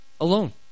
alone